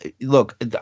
Look